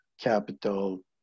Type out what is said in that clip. capital